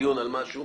דיון על משהו,